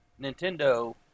Nintendo